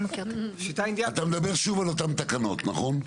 אתה מדבר שוב על אותן תקנות, נכון?